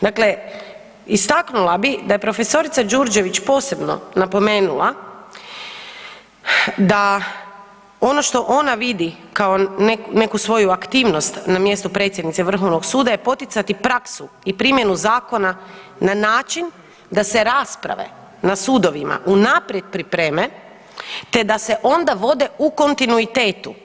Dakle, istaknula bih da je prof. Đurđević posebno napomenula da ono što ona vidi kao neku svoju aktivnost na mjestu predsjednice Vrhovnog suda je poticati praksu i primjenu zakona na način da se rasprave na sudovima unaprijed pripreme te da se onda vode u kontinuitetu.